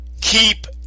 keep